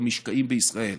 במשקעים בישראל.